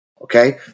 okay